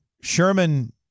Sherman